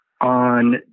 on